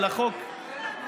ולחוק, תודה רבה.